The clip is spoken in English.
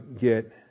get